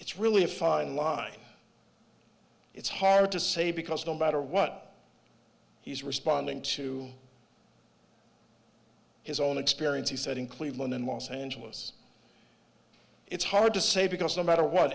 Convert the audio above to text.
it's really a fine line it's hard to say because no matter what he's responding to his own experience he said in cleveland in los angeles it's hard to say because no matter what